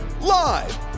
Live